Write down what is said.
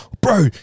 bro